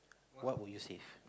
what would you save